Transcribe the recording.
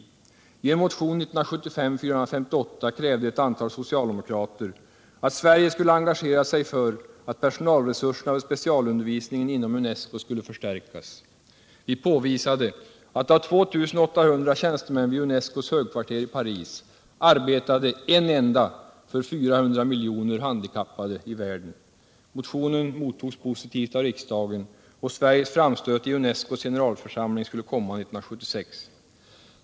I motionen 1975:458 krävde ett antal socialdemokrater att Sverige skulle engagera sig för att personalresurserna för specialundervisningen inom UNESCO skulle förstärkas. Vi påvisade att av 2800 tjänstemän vid UNESCO:s högkvarter i Paris arbetade en enda för 400 miljoner handikappade i världen. Motionen mottogs positivt av riksdagen, och Sveriges framstöt i UNESCO:s generalförsamling skulle komma 1976.